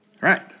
right